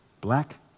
black